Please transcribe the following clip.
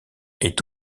est